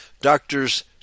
doctors